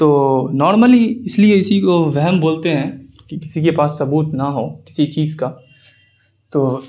تو نارملی اس لیے اسی کو وہم بولتے ہیں کہ کسی کے پاس ثبوت نہ ہو کسی چیز کا تو